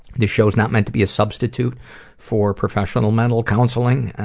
this show is not mean to be a substitute for professional mental counseling.